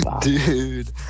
Dude